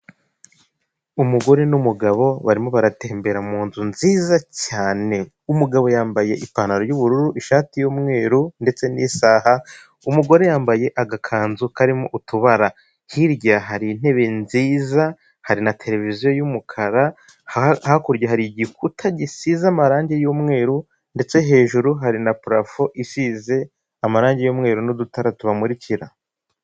Umugore n'umugabo barimo baratembera mu nzu nziza cyane, umugabo yambaye ipantaro y'ubururu ishati y'umweru ndetse n'isaha, umugore yambaye agakanzu karimo utubara, hirya hari intebe nziza hari na televiziyo y'umukara, hakurya hari igikuta gisize amarange y'umweru ndetse hejuru hari na purafo isize amarange y'umweru n'udutara tubamurikira.